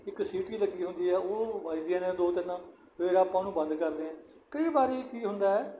ਇੱਕ ਸੀਟੀ ਲੱਗੀ ਹੁੰਦੀ ਹੈ ਉਹ ਵੱਜਦੀਆਂ ਨੇ ਦੋ ਤਿੰਨ ਫਿਰ ਆਪਾਂ ਉਹਨੂੰ ਬੰਦ ਕਰਦੇ ਹੈ ਕਈ ਵਾਰ ਕੀ ਹੁੰਦਾ ਹੈ